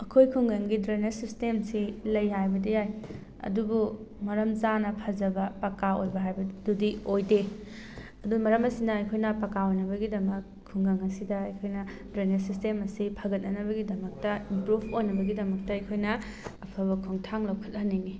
ꯑꯩꯈꯣꯏ ꯈꯨꯡꯒꯪꯒꯤ ꯗ꯭ꯔꯦꯅꯦꯖ ꯁꯤꯁꯇꯦꯝꯁꯤ ꯂꯩ ꯍꯥꯏꯕꯗꯤ ꯌꯥꯏ ꯑꯗꯨꯕꯨ ꯃꯔꯝ ꯆꯥꯅ ꯐꯖꯕ ꯄꯀꯥ ꯑꯣꯏꯕ ꯍꯥꯏꯕꯗꯨꯗꯤ ꯑꯣꯏꯗꯦ ꯑꯗꯨ ꯃꯔꯝ ꯑꯁꯤꯅ ꯑꯩꯈꯣꯏꯅ ꯄꯀꯥ ꯑꯣꯏꯅꯕꯒꯤꯗꯃꯛ ꯈꯨꯡꯒꯪ ꯑꯁꯤꯗ ꯑꯩꯈꯣꯏꯅ ꯗ꯭ꯔꯦꯅꯦꯖ ꯁꯤꯁꯇꯦꯝ ꯑꯁꯤ ꯐꯒꯠꯅꯕꯒꯤꯗꯃꯛꯇ ꯏꯝꯄ꯭ꯔꯨꯞ ꯑꯣꯏꯅꯕꯒꯤꯗꯃꯛꯇ ꯑꯩꯈꯣꯏꯅ ꯑꯐꯕ ꯈꯣꯡꯊꯥꯡ ꯂꯧꯈꯠꯍꯟꯅꯤꯡꯉꯤ